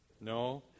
No